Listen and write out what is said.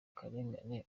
karengane